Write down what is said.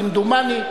כמדומני,